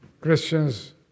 Christians